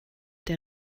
der